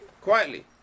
quietly